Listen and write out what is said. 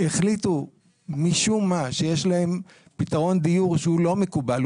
שהחליטו משום מה שיש להם פתרון דיור לא מקובל,